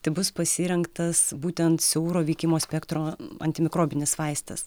tai bus pasirinktas būtent siauro veikimo spektro antimikrobinis vaistas